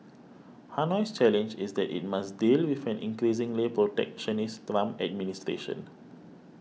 Hanoi's challenge is that it must deal with an increasingly protectionist Trump administration